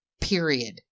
Period